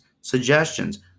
Suggestions